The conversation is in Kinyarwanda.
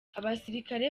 abasirikare